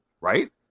right